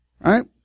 right